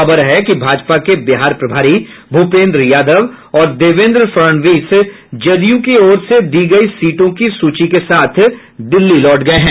खबर है कि भाजपा के बिहार प्रभारी भूपेंद्र यादव और देवेन्द्र फडणवीस जदयू की ओर से दी गयी सीटों की सूची के साथ दिल्ली लौट गये हैं